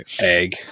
Egg